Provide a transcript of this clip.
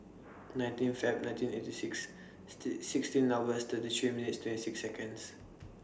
nineteen Feb nineteen eighty six sixteen numbers thirty three minutes twenty six Seconds